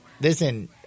Listen—